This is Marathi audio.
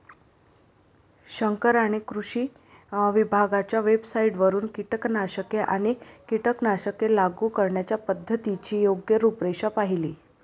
शंकरने कृषी विभागाच्या वेबसाइटवरून कीटकनाशके आणि कीटकनाशके लागू करण्याच्या पद्धतीची योग्य रूपरेषा पाहिली